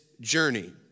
journey